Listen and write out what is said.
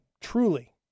truly